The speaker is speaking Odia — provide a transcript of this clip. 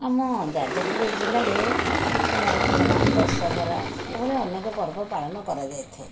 ଆମ ଯାଜପୁର ଜିଲ୍ଲାରେ କୁମାରପୂର୍ଣ୍ଣିମା ଦଶହରା ଏଇଭଳିଆ ଅନେକ ପର୍ବପାଳନ କରାଯାଇଥାଏ